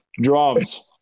Drums